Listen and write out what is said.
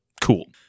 cool